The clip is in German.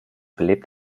belebt